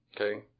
okay